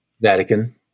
Vatican